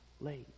late